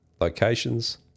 locations